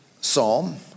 Psalm